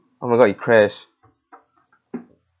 oh my god it crashed